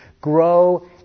Grow